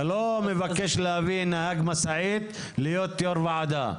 אתה לא מבקש להביא נהג משאית להיות יושב ראש ועדה.